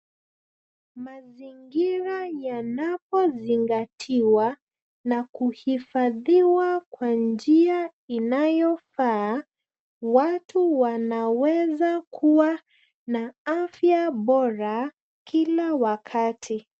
Mazingira yanapozingatiwa na kuhifadhiwa kwa njia inayofaa watu wanaweza kuwa na afya bora kila wakati.